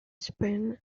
spent